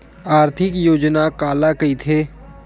आर्थिक योजना काला कइथे?